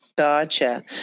Gotcha